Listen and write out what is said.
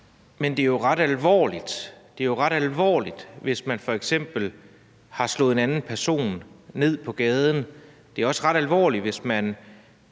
– det er jo ret alvorligt – hvis man f.eks. har slået en anden person ned på gaden. Det er også ret alvorligt, hvis man